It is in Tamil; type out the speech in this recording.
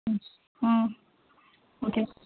ம் ஆ ஓகே